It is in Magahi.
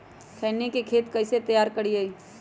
खैनी के खेत कइसे तैयार करिए?